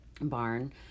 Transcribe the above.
barn